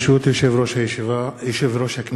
ברשות יושב-ראש הכנסת,